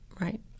Right